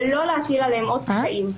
ולא להטיל עליהם אות חיים.